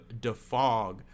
defog